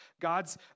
God's